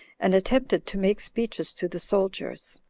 and attempted to make speeches to the soldiers.